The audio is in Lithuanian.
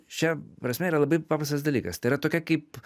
šia prasme yra labai paprastas dalykas tai yra tokia kaip